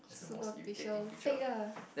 superficial fake ah